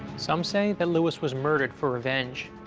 some say that lewis was murdered for revenge,